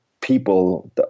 people